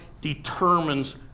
determines